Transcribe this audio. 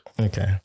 okay